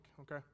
okay